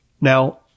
Now